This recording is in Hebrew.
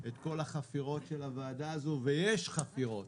את כל החפירות של הוועדה הזו ויש חפירות